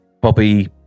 Bobby